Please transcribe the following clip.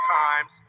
times